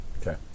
Okay